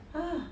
!huh!